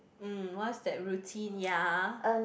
mm what's that routine ya